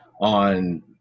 on